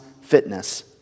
fitness